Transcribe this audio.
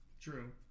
True